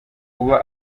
uba